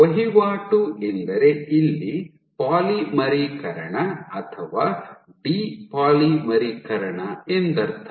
ವಹಿವಾಟಿ ಎಂದರೆ ಇಲ್ಲಿ ಪಾಲಿಮರೀಕರಣ ಅಥವಾ ಡಿ ಪಾಲಿಮರೀಕರಣ ಎಂದರ್ಥ